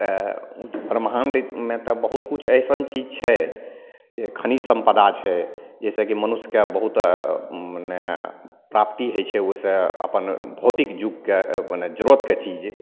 तए ब्रह्माण्डमे तऽ बहुत किछु अइसन चीज छै जे खनिज सम्पदा छै जैसेकी मनुष्यके बहुत मने प्राप्ति होइ छै ओहिसॅं अपन भौतिक युगके मने जरूरतके चीज